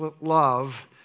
love